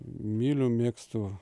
myliu mėgstu